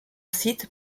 site